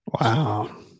Wow